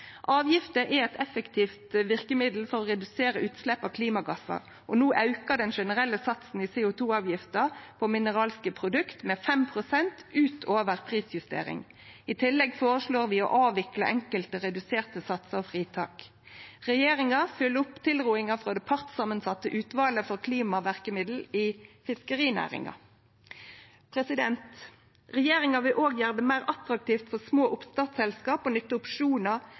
Avgifter er eit effektivt verkemiddel for å redusere utslepp av klimagassar, og no aukar den generelle satsen i CO 2 -avgifta på mineralske produkt med 5 pst. ut over prisjustering. I tillegg føreslår vi å avvikle enkelte reduserte satsar og fritak. Regjeringa følgjer opp tilrådinga frå det partssamansette utvalet for klimaverkemiddel i fiskerinæringa. Regjeringa vil òg gjere det meir attraktivt for små oppstartsselskap å nytte opsjonar